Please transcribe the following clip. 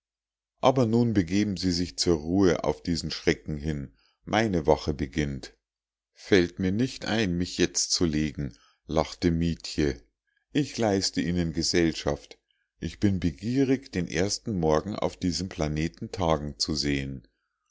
aber nun begeben sie sich zur ruhe auf diesen schrecken hin meine wache beginnt fällt mir nicht ein mich jetzt zu legen lachte mietje ich leiste ihnen gesellschaft ich bin begierig den ersten morgen auf diesem planeten tagen zu sehen